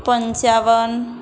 પંચાવન